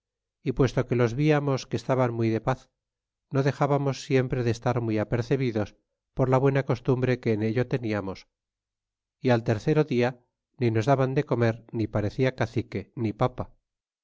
é puesto que los viamos que estaban muy de paz no dexábamos siempre de estar muy apercebides por la buena costumbre que en ello teniamos é al tercero dia ni nos daban de comer ni parecia cacique ni papa